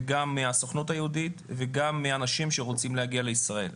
גם מהסוכנות היהודית וגם מאנשים שרוצים להגיע לישראל.